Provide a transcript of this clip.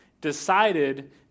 decided